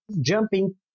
jumping